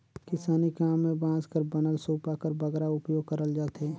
किसानी काम मे बांस कर बनल सूपा कर बगरा उपियोग करल जाथे